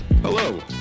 Hello